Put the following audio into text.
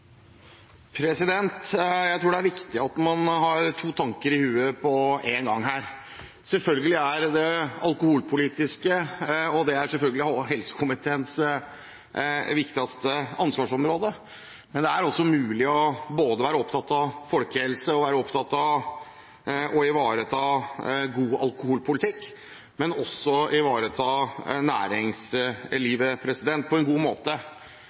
Jeg tror det er viktig at man her har to tanker i hodet på en gang. Selvfølgelig har man det alkoholpolitiske, og det er naturligvis helsekomiteens viktigste ansvarsområde, men det er også mulig både å være opptatt av folkehelse og av å ivareta god alkoholpolitikk samtidig som man ivaretar næringslivet på en god måte.